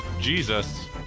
Jesus